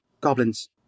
goblins